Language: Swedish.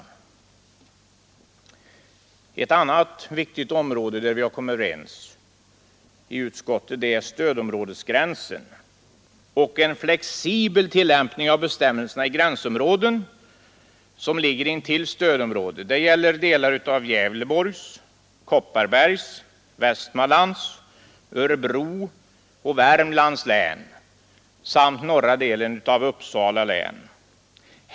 ling och hushållning Ett annat viktigt område där vi har kommit överens i utskottet är i med mark och vatfråga om stödområdesgränsen och en flexibel tillämpning av bestämmelsen serna i gränsområden som ligger intill stödområdet. Det gäller delar av Gävleborgs, Kopparbergs, Västmanlands, Örebro och Värmlands län samt norra delen av Uppsala .